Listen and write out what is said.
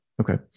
okay